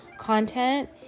Content